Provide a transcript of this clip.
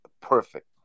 perfect